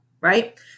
right